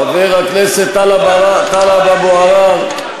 חבר הכנסת טלב אבו עראר,